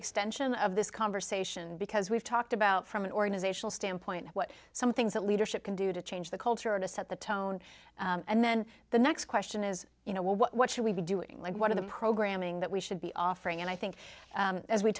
extension of this conversation because we've talked about from an organizational standpoint what some things that leadership can do to change the culture or to set the tone and then the next question is you know what should we be doing like one of the programming that we should be offering and i think as we